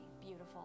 beautiful